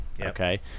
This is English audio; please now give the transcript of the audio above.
okay